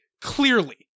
Clearly